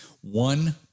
One